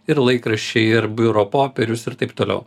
ir laikraščiai ir biuro popierius ir taip toliau